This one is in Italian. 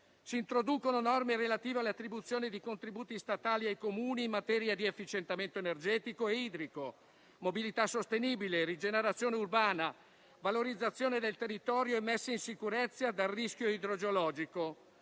Si introducono norme relative alle attribuzioni di contributi statali ai Comuni in materia di efficientamento energetico e idrico, mobilità sostenibile, rigenerazione urbana, valorizzazione del territorio e messa in sicurezza dal rischio idrogeologico.